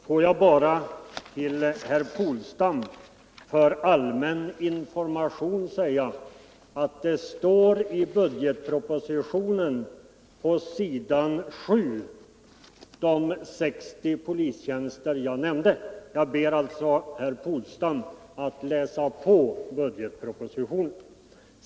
Herr talman! Får jag bara till herr Polstam för allmän information säga att de 60 polistjänster jag talade om nämns på s. 7 i bil. 5 till budgetpropositionen. Jag ber alltså herr Polstam att läsa på i budgetpropositionen.